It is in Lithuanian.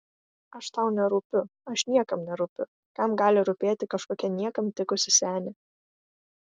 aš tau nerūpiu aš niekam nerūpiu kam gali rūpėti kažkokia niekam tikusi senė